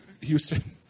Houston